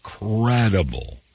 incredible